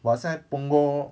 but 现在 punggol